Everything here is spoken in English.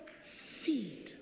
seed